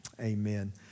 amen